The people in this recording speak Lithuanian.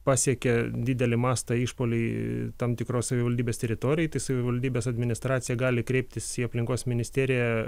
pasiekė didelį mastą išpuoliai tam tikros savivaldybės teritorijoj tai savivaldybės administracija gali kreiptis į aplinkos ministeriją